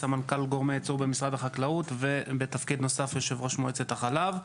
סמנכ"ל גורמי ייצור במשרד החקלאות ובתפקיד נוסף יו"ר מועצת החלב.